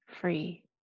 free